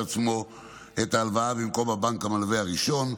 עצמו את ההלוואה במקום הבנק המלווה הראשון.